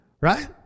right